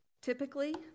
Typically